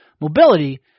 mobility